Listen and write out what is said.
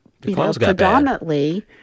predominantly